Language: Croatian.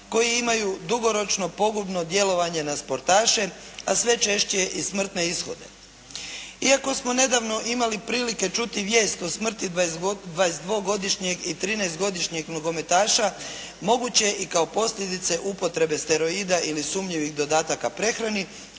koji imaju dugoročno pogubno djelovanje na sportaše, a sve češće i smrtne ishode. Iako smo nedavno imali prilike čuti vijest o smrti 22-godišnjeg i 13-godišnjeg nogometaša, moguće je i kao posljedice upotrebe steroida ili sumnjivih dodataka prehrani,